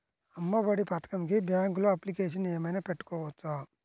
అమ్మ ఒడి పథకంకి బ్యాంకులో అప్లికేషన్ ఏమైనా పెట్టుకోవచ్చా?